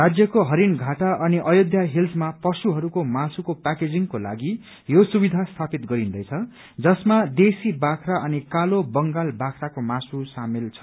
राज्यको हरिनघाटा अनि अयोध्या हिल्समा पशुहरूको मासुको प्याकेजिंगको लागि यो सुविधा स्थापित गरिन्दैछ जसमा देशी बाख्रा अनि कालो बंगाल बाख्राको मासु सामेल छन्